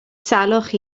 salwch